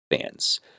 fans